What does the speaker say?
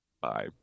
bye